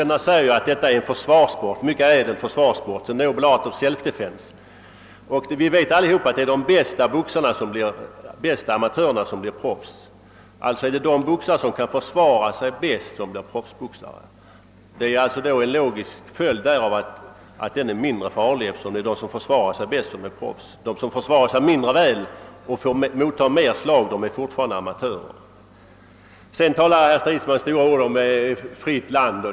De säger ju att boxningen är en mycket ädel försvarssport, the noble art of selfdefence, och vi vet alla att det är de bästa amatörerna som blir proffs. Alltså är det de boxare som kan försvara 'sig bäst som blir proffsboxare. En logisk följd av detta är att proffsboxningen är mindre farlig. De som försvarar sig mindre väl och tar emot fler slag förblir amatörer. Herr Stridsman talar stora ord om ett fritt land.